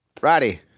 Roddy